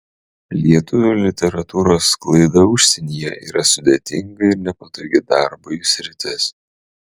lietuvių literatūros sklaida užsienyje yra sudėtinga ir nepatogi darbui sritis